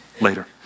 later